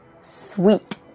Sweet